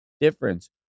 difference